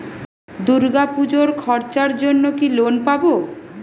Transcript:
দূর্গাপুজোর খরচার জন্য কি লোন পাব?